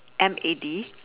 M A D